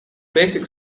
basic